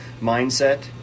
mindset